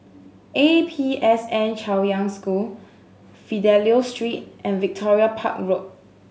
A P S N Chaoyang School Fidelio Street and Victoria Park Road